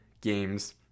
games